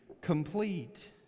complete